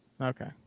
Okay